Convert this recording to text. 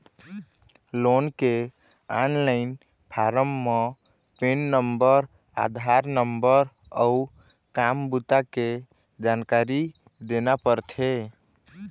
loan के online form म PAN number, Aadhaar number अउ काम बूता के जानकारी देना परथे